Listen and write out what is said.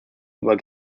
über